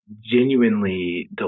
genuinely